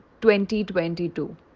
2022